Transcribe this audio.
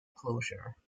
closure